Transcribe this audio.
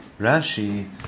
Rashi